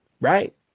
right